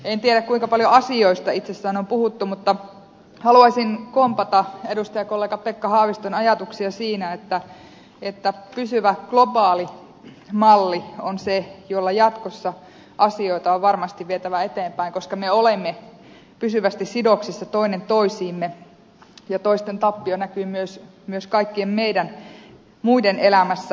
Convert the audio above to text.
en tiedä kuinka paljon asioista itsessään on puhuttu mutta haluaisin kompata edustajakollega pekka haaviston ajatuksia siinä että pysyvä globaali malli on se jolla jatkossa asioita on varmasti vietävä eteenpäin koska me olemme pysyvästi sidoksissa toinen toisiimme ja toisten tappio näkyy myös kaikkien meidän muiden elämässä